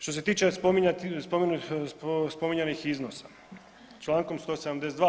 Što se tiče spominjanih iznosa, čl. 172.